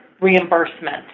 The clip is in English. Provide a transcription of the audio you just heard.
reimbursement